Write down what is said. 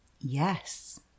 Yes